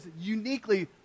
uniquely